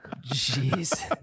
Jesus